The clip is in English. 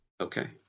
Okay